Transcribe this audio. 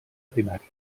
primària